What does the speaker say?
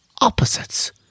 opposites